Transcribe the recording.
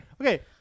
Okay